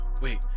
Wait